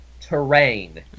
terrain